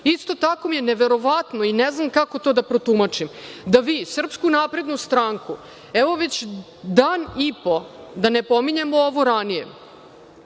tako mi je neverovatno i ne znam kako to da protumačim da vi Srpsku naprednu stranku, evo, već dan i po, da ne pominjem ovo ranije,